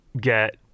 get